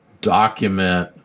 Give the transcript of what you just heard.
document